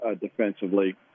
Defensively